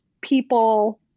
people